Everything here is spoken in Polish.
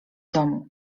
domu